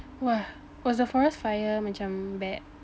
!wah! was the forest fire macam bad